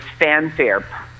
fanfare